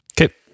Okay